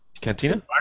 Cantina